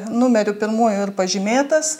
numeriu pirmuoju ir pažymėtas